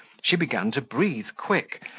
she began to breathe quick,